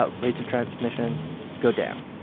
ah rates of transmission go down,